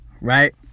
Right